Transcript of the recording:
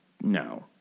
no